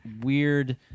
weird